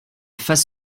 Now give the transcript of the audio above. face